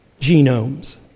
genomes